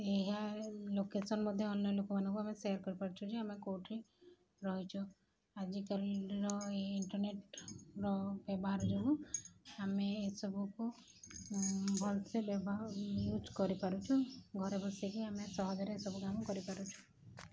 ଏହା ଲୋକେସନ୍ ମଧ୍ୟ ଅନ୍ୟ ଲୋକମାନଙ୍କୁ ଆମେ ସେୟାର କରିପାରୁଛୁ ଯେ ଆମେ କୋଉଠି ରହିଛୁ ଆଜିକାଲିର ଏଇ ଇଣ୍ଟରନେଟ୍ର ବ୍ୟବହାର ଯୋଗୁଁ ଆମେ ଏସବୁକୁ ଭଲରେ ବ୍ୟବହାର ୟୁଜ୍ କରିପାରୁଛୁ ଘରେ ବସିକି ଆମେ ସହଜରେ ଏସବୁ କାମ କରିପାରୁଛୁ